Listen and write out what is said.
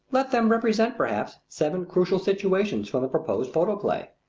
let them represent, perhaps, seven crucial situations from the proposed photoplay.